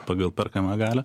pagal perkamą galią